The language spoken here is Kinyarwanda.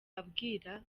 abwira